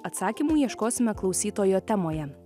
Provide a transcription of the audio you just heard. atsakymų ieškosime klausytojo temoje